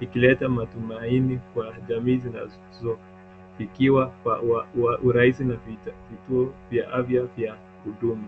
ikileta matumaini kwa jamii zinazofikiwa kwa urahisi na vituo vya afya vya huduma.